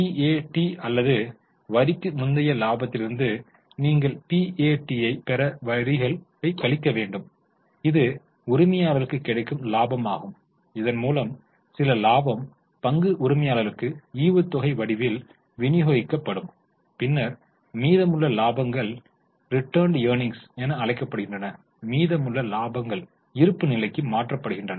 PAT அல்லது வரிக்கு முந்தைய இலாபத்திலிருந்து நீங்கள் பிஏடி பெற வரிகளை கழிக்க வேண்டும் இது உரிமையாளர்களுக்கு கிடைக்கும் லாபமாகும் இதன் மூலம் சில லாபம் பங்கு உரிமையாளர்களுக்கு ஈவுத்தொகை வடிவில் விநியோகிக்கப்படும் பின்னர் மீதமுள்ள இலாபங்கள் ரீடைன்ட் ஏர்னிங்ஸ் என அழைக்கப்படுகின்றன மீதமுள்ள இலாபங்கள் இருப்பு நிலைக்கு மாற்றப்படுகின்றன